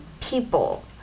people